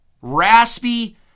Raspy